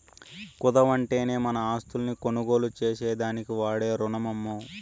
కుదవంటేనే మన ఆస్తుల్ని కొనుగోలు చేసేదానికి వాడే రునమమ్మో